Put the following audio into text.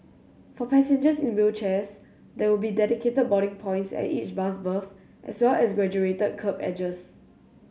for passengers in wheelchairs there will be dedicated boarding points at each bus berth as well as graduated kerb edges